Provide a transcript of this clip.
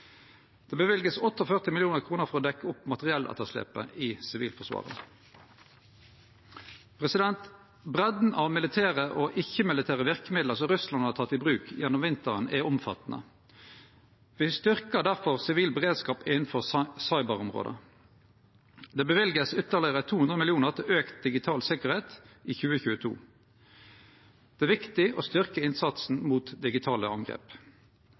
Det vert løyvd 48 mill. kr for å dekkje opp materielletterslepet i Sivilforsvaret. Breidda av militære og ikkje-militære verkemiddel som Russland har teke i bruk gjennom vinteren, er omfattande. Me styrkjer difor sivil beredskap innanfor cyberområdet. Det vert løyvd ytterlegare 200 mill. kr til auka digital sikkerheit i 2022. Det er viktig å styrkje innsatsen mot digitale angrep.